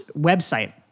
website